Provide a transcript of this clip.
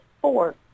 four